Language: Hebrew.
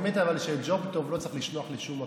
אבל האמת היא שאת ג'וב טוב לא צריך לשלוח לשום מקום.